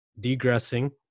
degressing